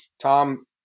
tom